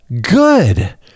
good